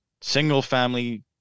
single-family